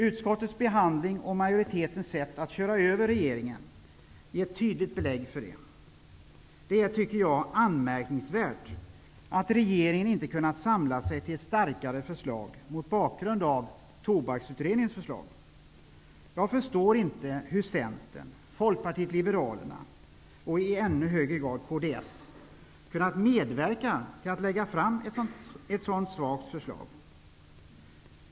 Utskottets behandling och majoritetens sätt att köra över regeringen ger tydligt belägg för det. Det är, tycker jag, anmärkningsvärt att regeringen inte kunnat samla sig till ett starkare förslag mot bakgrund av Tobaksutredningens förslag. Jag förstår inte hur Centern, Folkpartiet liberalerna och i än högre grad kds kunnat medverka till att lägga fram ett sådant svagt förslag.